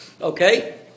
Okay